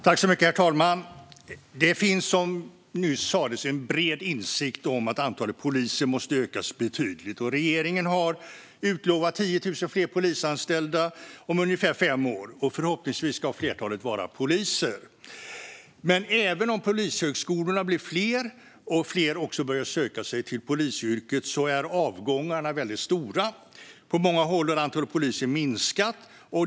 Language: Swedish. Herr talman! Det finns, som nyss sas, en bred insikt om att antalet poliser måste öka betydligt. Regeringen har utlovat 10 000 fler polisanställda om ungefär fem år, och förhoppningsvis ska flertalet av dem vara poliser. Men även om polishögskolorna blir fler, och fler också börjar söka sig till polisyrket, är avgångarna väldigt stora. På många håll har antalet poliser minskat.